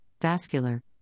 vascular